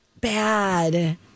bad